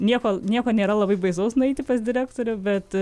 nieko nieko nėra labai baisaus nueiti pas direktorių bet